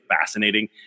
fascinating